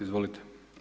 Izvolite.